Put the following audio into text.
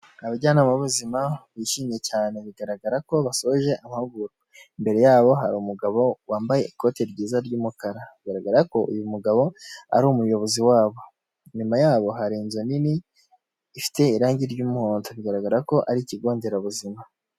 Abajyanama b'ubuzima bishimye cyane bigaragara ko basoje amahugurwa, imbere yabo hari umugabo wambaye ikote ryiza ry'umukara, bigaragara ko uyu mugabo ari umuyobozi wabo. Inyuma yabo hari inzu nini ifite irangi ry'umuhondo, bigaragara ko ari ikigo nderabuzima.